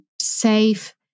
safe